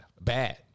Bad